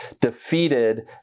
defeated